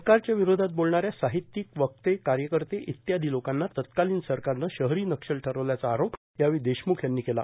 सरकारच्या विरोधात बोलणाऱ्या साहित्यिक वक्ते कार्यकर्ते इत्यादी लोकांना तत्कालीन सरकारनं शहरी नक्षली ठरवल्याचा आरोप यावेळी देशमुख यांनी केला